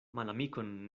malamikon